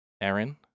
Aaron